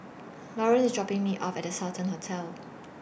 Loren IS dropping Me off At The Sultan Hotel